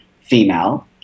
female